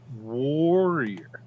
warrior